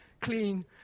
clean